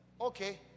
okay